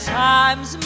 times